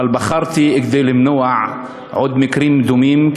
אלא כדי למנוע מקרים דומים,